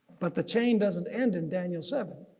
but the chain doesn't end in daniel seven.